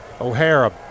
O'Hara